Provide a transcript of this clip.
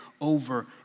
over